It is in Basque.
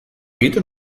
egiten